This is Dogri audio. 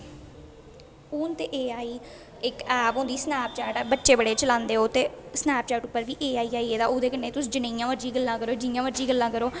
फौन ते ऐ आई इक ऐप होंदी जि'यां स्नेपचैट ऐ बच्चे बड़े चलांदे ओह् ते स्नेपचैट उप्पर बी ऐ आई आई गेदा ओहदे कन्ने तुस जि'यां मर्जी गल्लां करो